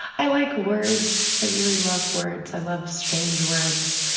i like words. i really love words. i love strange words.